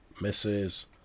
...misses